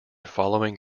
following